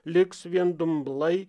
liks vien dumblai